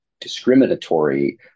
discriminatory